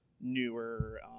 newer